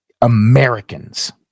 Americans